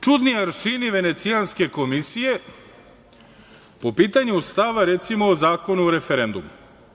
Čudni aršini Venecijanske komisije po pitanju stava, recimo o Zakonu o referendumu.